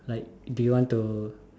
like do you want to